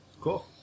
Cool